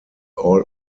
all